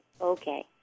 Okay